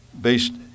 based